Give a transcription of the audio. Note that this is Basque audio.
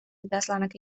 idazlanak